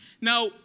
Now